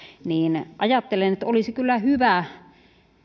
niin ajattelen että olisi kyllä hyvä